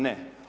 Ne.